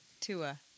Tua